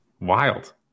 wild